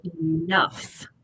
enough